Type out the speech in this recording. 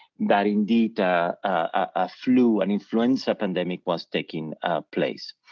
that indeed a flu, an influenza pandemic was taking place,